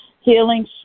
healing